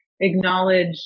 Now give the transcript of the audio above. acknowledge